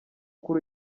kuri